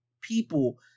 people